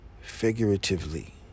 figuratively